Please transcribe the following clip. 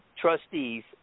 trustees